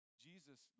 Jesus